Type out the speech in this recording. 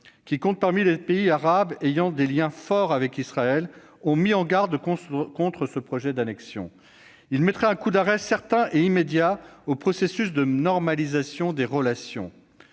qui comptent parmi les pays arabes ayant des liens forts avec Israël, ont mis en garde contre ce projet d'annexion. Il mettrait un coup d'arrêt certain et immédiat au processus de normalisation des relations.